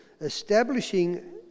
establishing